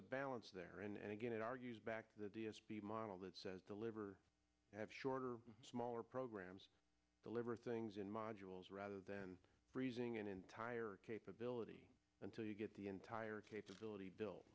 a balance there and again it argues back to the d s p model that says deliver have shorter smaller programs deliver things in modules rather than raising an entire capability until you get the entire capability built